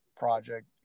Project